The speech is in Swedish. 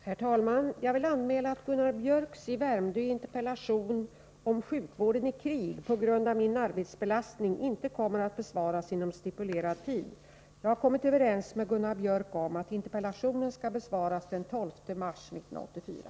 Herr talman! Jag vill anmäla att Gunnar Biörcks i Värmdö interpellation om sjukvården i krig på grund av min arbetsbelastning inte kommer att besvaras inom stipulerad tid. Jag har kommit överens med Gunnar Biörck om att interpellationen skall besvaras den 12 mars 1984.